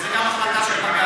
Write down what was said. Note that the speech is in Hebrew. וזאת גם החלטה של בג"ץ,